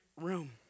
room